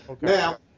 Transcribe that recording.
Now